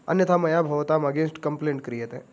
अन्यथा मया भवताम् अगेन्स्ट् कम्प्लेण्ट् क्रियते